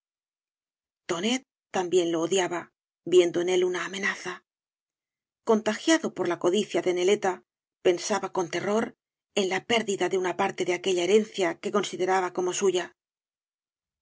tonet también lo odiaba viendo en él una amenaza contagiado por la codicia de neleta pensaba con terror en la pérdida de una parte de aquella herencia que consideraba como suya cañas y